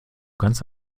ganz